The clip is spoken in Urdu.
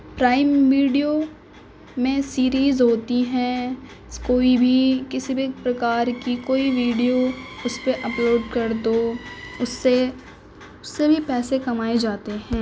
پرائم ویڈیو میں سریز ہوتی ہیں کوئی بھی کسی بھی پرکار کی کوئی ویڈیو اس پہ اپلوڈ کر دو اس سے اس سے بھی پیسے کمائے جاتے ہیں